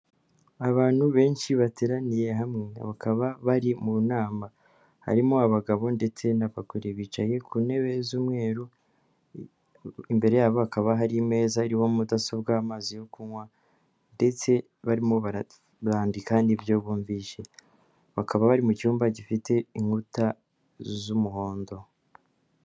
Abantu benshi bateraniye hamwe bakaba bari mu nama harimo abagabo ndetse na bagoreri bicaye ku ntebe z'umweru, imbere yabo hakaba hari imeza iriho mudasobwa, amazi yo kunywa ndetse barimo barabdika n'ibyo bumvise, bakaba bari mu cyumba gifite inkuta z'umuhondo.